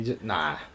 Nah